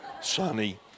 sunny